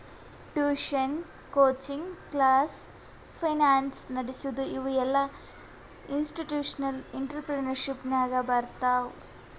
tuition, coaching class, finance ನಡಸದು ಇವು ಎಲ್ಲಾಇನ್ಸ್ಟಿಟ್ಯೂಷನಲ್ ಇಂಟ್ರಪ್ರಿನರ್ಶಿಪ್ ನಾಗೆ ಬರ್ತಾವ್